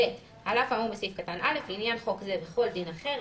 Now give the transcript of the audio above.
על אף האמור בסעיף קטן (א) לעניין חוק זה וכל דין אחר,